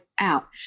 out